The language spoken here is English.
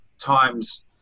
times